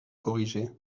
corriger